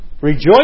Rejoice